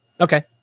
okay